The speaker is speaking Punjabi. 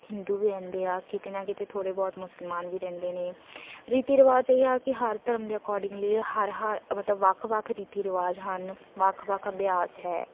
ਹਿੰਦੂ ਵੀ ਰਹਿੰਦੇ ਆ ਕਿਤੇ ਨਾ ਕਿਤੇ ਥੋੜ੍ਹੇ ਬਹੁਤ ਮੁਸਲਮਾਨ ਵੀ ਰਹਿੰਦੇ ਨੇ ਰੀਤੀ ਰਿਵਾਜ਼ ਇਹ ਹੈ ਕਿ ਹਰ ਧਰਮ ਦੇ ਅਕੋਰਡਿੰਗਲੀ ਇਹ ਹਰ ਹਰ ਮਤਲਬ ਵੱਖ ਵੱਖ ਰੀਤੀ ਰਿਵਾਜ਼ ਹਨ ਵੱਖ ਵੱਖ ਅਭਿਆਸ ਹੈ